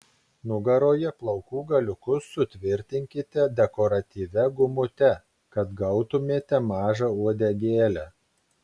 nugaroje plaukų galiukus sutvirtinkite dekoratyvia gumute kad gautumėte mažą uodegėlę